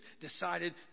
decided